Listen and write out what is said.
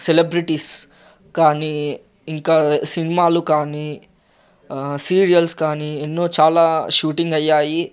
celebrities కానీ ఇంకా సినిమాలు కానీ సీరియల్స్ కానీ ఎన్నో చాలా షూటింగ్ అయ్యాయి